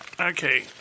Okay